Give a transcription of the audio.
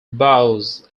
bows